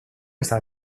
hasta